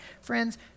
Friends